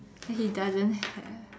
and he doesn't have